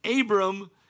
Abram